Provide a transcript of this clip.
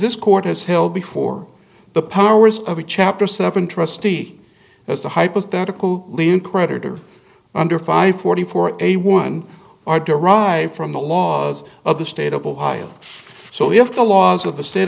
this court has held before the powers of a chapter seven trustee as a hypothetical lien creditor under five forty four a one are derived from the laws of the state of ohio so if the laws of the state